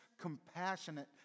compassionate